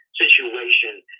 situation